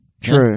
True